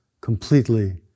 completely